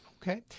Okay